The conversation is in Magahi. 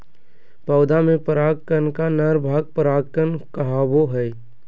पौधा में पराग कण का नर भाग परागकण कहावो हइ